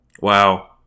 Wow